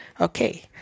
Okay